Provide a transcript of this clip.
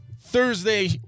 Thursday